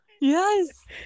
Yes